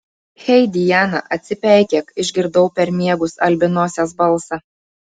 hei diana atsipeikėk išgirdau per miegus albinosės balsą